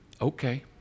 Okay